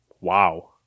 wow